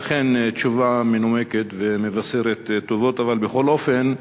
אכן, תשובה מנומקת ומבשרת טובות, אבל בכל אופן,